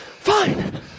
Fine